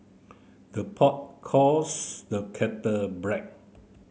the pot calls the kettle